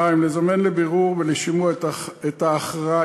2. לזמן לבירור ולשימוע את האחראי,